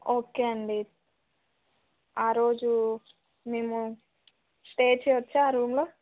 okay అండి ఆ రోజు మేము స్టే చేయొచ్చా ఆ రూమ్లో